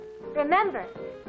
Remember